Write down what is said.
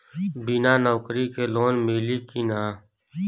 बिना नौकरी के लोन मिली कि ना?